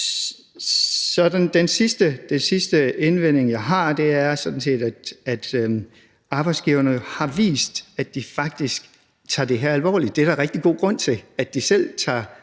Den sidste indvending, jeg har, er sådan set, at arbejdsgiverne har vist, at de faktisk tager det her alvorligt. Der er rigtig god grund til, at de selv tager